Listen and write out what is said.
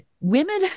Women